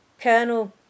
Colonel